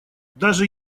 даже